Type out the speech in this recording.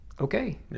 okay